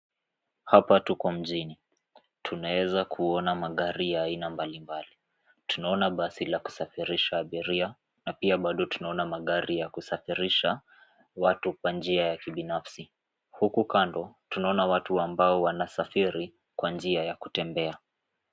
Hapa tuko mjini. Tunaweza kuona magari ya aina mbalimbali. Tunaona basi la kusafirisha abiria na pia bado tunaona magari ya kusafirisha watu kwa njia ya kibinafsi. Huku kando tunaona watu ambao wanasafiri kwa njia ya kutembea.